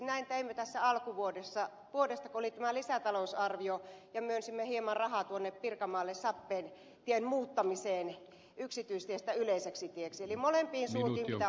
näin teimme tässä alkuvuodesta kun oli tämä lisätalousarvio ja myönsimme hieman rahaa pirkanmaalle sappeen tien muuttamiseen yksityistiestä yleiseksi tieksi